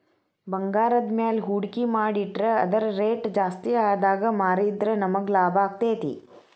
ಭಂಗಾರದ್ಮ್ಯಾಲೆ ಹೂಡ್ಕಿ ಮಾಡಿಟ್ರ ಅದರ್ ರೆಟ್ ಜಾಸ್ತಿಆದಾಗ್ ಮಾರಿದ್ರ ನಮಗ್ ಲಾಭಾಕ್ತೇತಿ